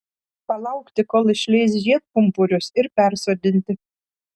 palaukti kol išleis žiedpumpurius ir persodinti